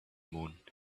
moon